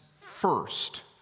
first